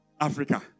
Africa